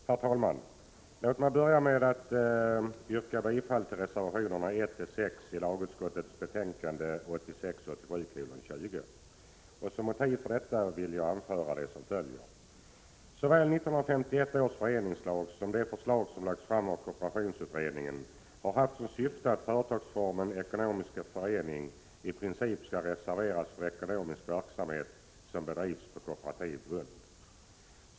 Herr talman! Låt mig börja med att yrka bifall till reservationerna 1-6 i lagutskottets betänkande 1986/87:20. Som motiv för detta vill jag anföra det som följer. Såväl 1951 års föreningslag som de förslag som lagts fram av kooperationsutredningen har haft som syfte att företagsformen ekonomisk förening i princip skall reserveras för ekonomisk verksamhet som bedrivs på kooperativ grund.